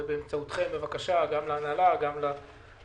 ובאמצעותכם בבקשה גם להנהלה וגם לעובדים.